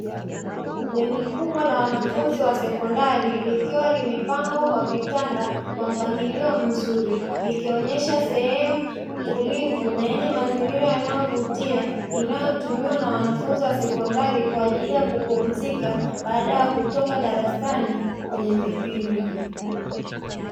Bweni kubwa la wanafunzi wa sekondari likiwa limepangwa kwa vitanda kwa mpangilio mzuri, likionesha sehemu tulivu na yenye mazingira yanayovutia inayotumiwa na wanafunzi wa sekondari kwa ajili ya kupumzika baada ya utoka darasanai kwenye vipindi.